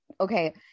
okay